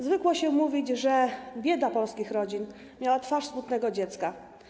Zwykło się mówić, że bieda polskich rodzin miała twarz smutnego dziecka.